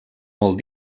molt